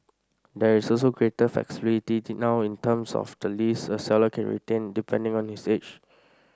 there is also greater flexibility now in terms of the lease a seller can retain depending on his age